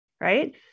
right